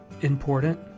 important